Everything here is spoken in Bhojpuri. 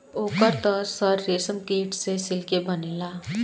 ओकर त सर रेशमकीट से सिल्के बनेला